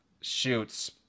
shoots